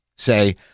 Say